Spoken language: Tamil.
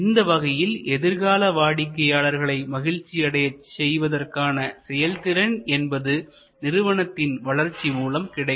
இந்த வகையில் எதிர்கால வாடிக்கையாளர்களை மகிழ்ச்சி அடையச் செய்வதற்கான செயல்திறன் என்பது நிறுவனத்தின் வளர்ச்சி மூலம் கிடைக்கும்